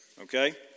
okay